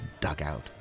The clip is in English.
dugout